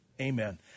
Amen